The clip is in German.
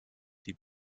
die